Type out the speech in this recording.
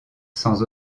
sans